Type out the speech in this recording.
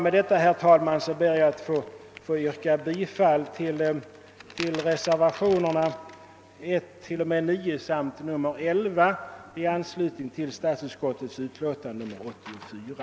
Med detta, herr talman, ber jag att få yrka bifall till reservationerna 1—9 samt 11 i anslutning till statsutskottets utlåtande nr 84.